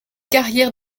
carrière